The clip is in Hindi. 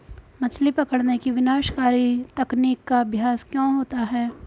मछली पकड़ने की विनाशकारी तकनीक का अभ्यास क्यों होता है?